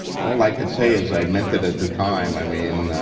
all i could say is i meant it at the time. i mean,